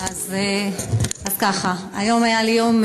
נא להצביע.